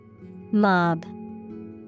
Mob